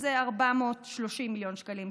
אז זה סדר גודל של 430 מיליון שקלים.